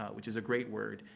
ah which is a great word,